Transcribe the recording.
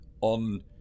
on